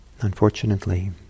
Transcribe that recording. unfortunately